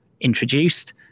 introduced